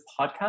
podcast